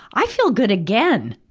i feel good again!